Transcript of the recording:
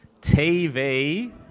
TV